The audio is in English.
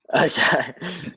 Okay